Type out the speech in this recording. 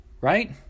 Right